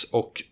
och